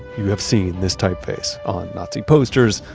you have seen this typeface on nazi posters,